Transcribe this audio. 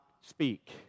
speak